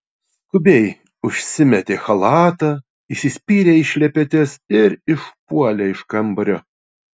skubiai užsimetė chalatą įsispyrė į šlepetes ir išpuolė iš kambario